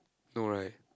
no right